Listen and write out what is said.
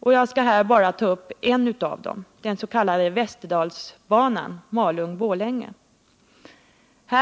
Jag skall här bara ta upp en av dem, den s.k. Västerdalsbanan Malung-Borlänge.